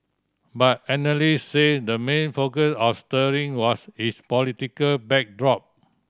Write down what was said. but analyst said the main focus of sterling was its political backdrop